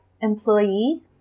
employee